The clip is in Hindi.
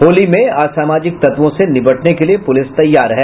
होली में असामाजिक तत्वों से निबटने के लिए प्रलिस तैयार है